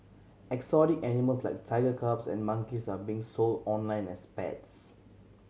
exotic animals like tiger cubs and monkeys are being sold online as pets